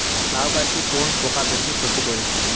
লাউ গাছে কোন পোকা বেশি ক্ষতি করে?